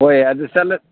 ꯍꯣꯏ ꯑꯗꯨ